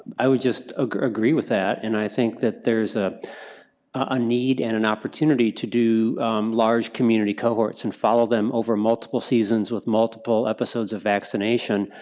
i would just ah agree with that, and i think that there's a ah need and an opportunity to do large community cohorts and follow them over multiple seasons with multiple episodes of vaccination.